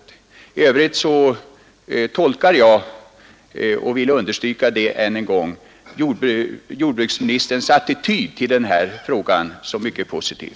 I övrigt tolkar jag -- det vill jag understryka än en gång — jordbruksministerns attityd till denna fråga som mycket positiv.